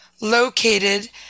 located